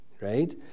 Right